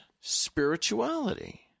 spirituality